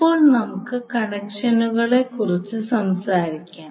ഇപ്പോൾ നമുക്ക് കണക്ഷനുകളെക്കുറിച്ച് സംസാരിക്കാം